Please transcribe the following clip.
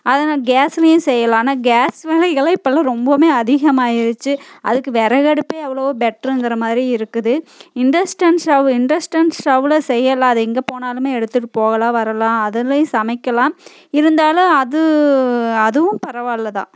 அதுதான் கேஸ்லேயும் செய்யலாம் ஆனால் கேஸ் விலைகளெலாம் இப்பெல்லாம் ரொம்பவுமே அதிகமாகிருச்சு அதுக்கு விறகடுப்பே எவ்வளவோ பெட்டருங்கிற மாதிரி இருக்குது இன்டஸ்டன்ட் ஸ்டவ்வு இன்டஸ்டன்ட் ஸ்டவ்வில் செய்யலாம் அது எங்கே போனாலுமே எடுத்துகிட்டு போகலாம் வரலாம் அதுலேயும் சமைக்கலாம் இருந்தாலும் அது அதுவும் பரவாயில்லை தான்